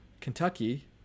Kentucky